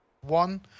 one